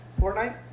Fortnite